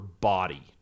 body